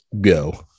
Go